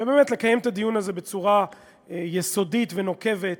ובאמת לקיים את הדיון הזה בצורה יסודית ונוקבת,